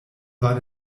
war